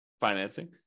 financing